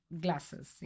glasses